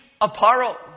apparel